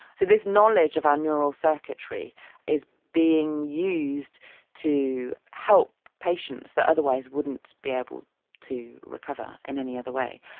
so this knowledge of our neural circuitry is being used to help patients that otherwise wouldn't be able to recover in any other way.